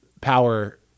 power